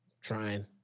Trying